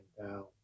down